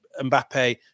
Mbappe